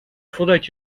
voordat